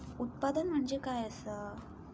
उत्पादन म्हणजे काय असा?